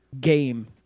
game